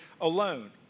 alone